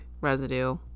residue